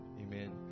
Amen